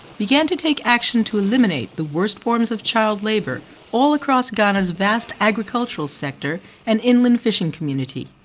began to take action to eliminate the worst forms of child labour all across ghana's vast agricultural sector and inland fishing community.